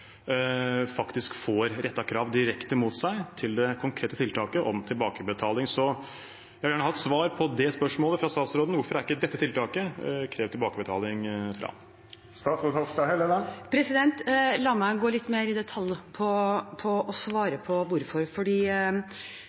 faktisk får rettet krav direkte mot seg om tilbakebetaling. Så jeg vil gjerne ha et svar på det spørsmålet fra statsråden: Hvorfor er det ikke krevd tilbakebetaling fra dette tiltaket? La meg gå litt mer i detalj på å svare på hvorfor.